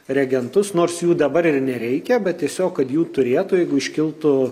regentus nors jų dabar ir nereikia bet tiesiog kad jų turėtų jeigu iškiltų